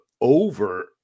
over